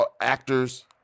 actors